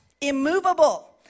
immovable